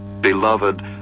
Beloved